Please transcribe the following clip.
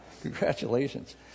Congratulations